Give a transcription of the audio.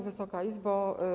Wysoka Izbo!